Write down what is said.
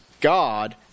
God